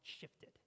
shifted